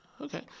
Okay